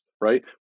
right